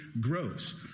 grows